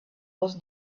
was